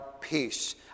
peace